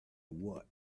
what